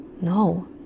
No